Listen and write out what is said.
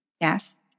Yes